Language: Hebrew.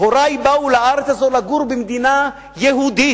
הורי באו לארץ הזאת לגור במדינה יהודית,